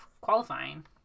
qualifying